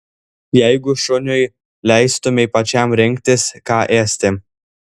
jeigu šuniui leistumei pačiam rinktis ką ėsti